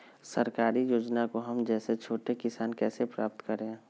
सरकारी योजना को हम जैसे छोटे किसान कैसे प्राप्त करें?